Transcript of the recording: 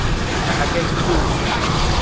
তাকে কিছু